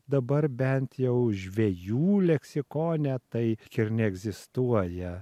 dabar bent jau žvejų leksikone tai ir neegzistuoja